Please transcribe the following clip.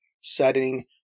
setting